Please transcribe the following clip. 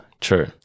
true